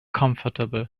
comfortable